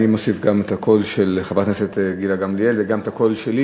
אני מוסיף גם את הקול של חברת הכנסת גילה גמליאל וגם את הקול שלי,